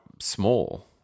small